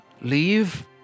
leave